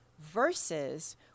versus